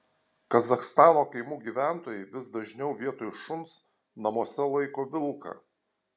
kazachstano kaimų gyventojai vis dažniau vietoj šuns namuose laiko vilką